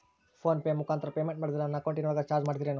Phone pay ಮುಖಾಂತರ payment ಮಾಡಿದರೆ ನನ್ನ ಅಕೌಂಟಿನೊಳಗ ಚಾರ್ಜ್ ಮಾಡ್ತಿರೇನು?